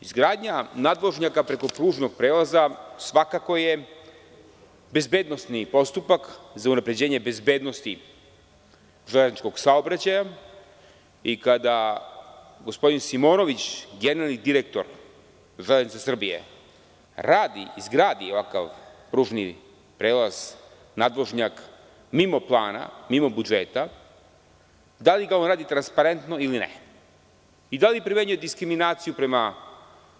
Izgradnja nadvožnjaka preko pružnog prelaza svakako je bezbednosni postupak za unapređenje bezbednosti železničkog saobraćaja i kada gospodin Simonović, generalni direktor Železnica Srbije radi i izgradi pružni prelaz nadvožnjak mimo plana, mimo budžeta, da li ga radi transparentno ili ne, i da li primenjuje diskriminaciju prema